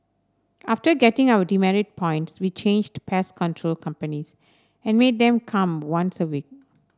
after getting our demerit points we changed pest control companies and made them come once a week